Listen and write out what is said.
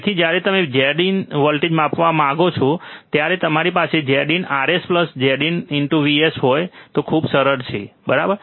તેથી જ્યારે તમે Zin વોલ્ટેજ માપવા માંગતા હો ત્યારે તમારી પાસે Zin Rs Z in Vs હોય તે ખૂબ જ સરળ છે બરાબર